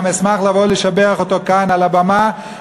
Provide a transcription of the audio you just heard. גם אשמח לבוא לשבח אותו כאן על הבמה,